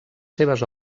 seves